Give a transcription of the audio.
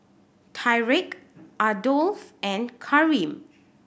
Tyrek Adolph and Karim